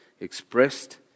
expressed